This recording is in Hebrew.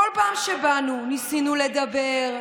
בכל פעם שבאנו, ניסינו לדבר,